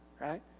right